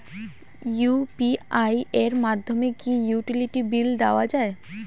UPI এর মাধ্যমে কি ইউটিলিটি বিল দেওয়া যায়?